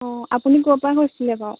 অঁ আপুনি ক'ৰ পৰা কৈছিলে বাৰু